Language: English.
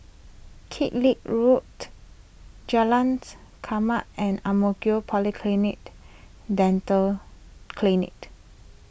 Kellock Road Jalan's Chermat and Ang Mo Kio Polyclinic Dental Clinic